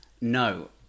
no